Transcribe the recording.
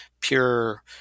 pure